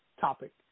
topic